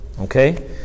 okay